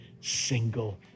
single